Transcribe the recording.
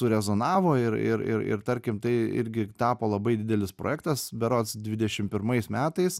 surezonavo ir ir ir ir tarkim tai irgi tapo labai didelis projektas berods dvidešim pirmais metais